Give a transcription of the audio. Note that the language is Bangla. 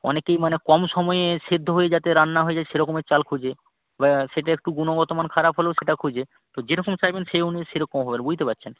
অনেকেই মানে কম সময়ে সেদ্ধ হয়ে যাতে রান্না হয়ে যায় সেরকমের চাল খোঁজে এবার সেটা একটু গুণগত মান খারাপ হলেও সেটা খোঁজে তো যেরকম চাইবেন সেই অনুযায়ী সেরকম হবে বুঝতে পারছেন